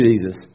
Jesus